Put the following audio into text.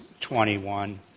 21